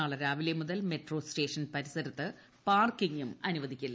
നാളെ രാവിലെ മുതൽ മെട്രോ സ്റ്റേഷൻ പരിസരത്ത് പാർക്കിങ്ങും അനുവദിക്കില്ല